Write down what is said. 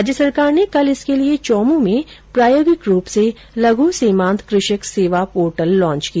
राज्य सरकार ने कल इसके लिए चौमूं में प्रायोगिक रूप से लघ् सीमांत कृषक सेवा पोर्टल लांच किया